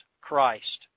Christ